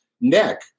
neck